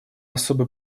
особой